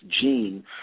gene